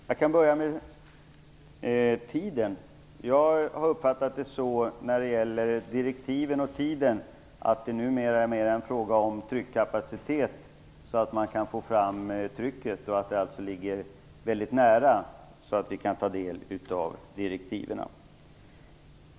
Herr talman! Jag börjar med detta med tiden. Jag har uppfattat det så när det gäller direktiven och tiden att det mer är en fråga om tryckkapacitet, om att få fram trycket, så det ligger väldigt nära nu att vi kan ta del av direktiven.